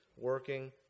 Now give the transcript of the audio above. working